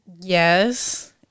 Yes